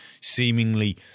seemingly